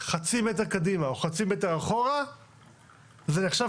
חצי מטר קדימה או חצי מטר אחורה זה נחשב